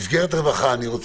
מסגרת רווחה.